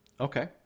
Okay